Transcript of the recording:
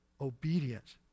obedience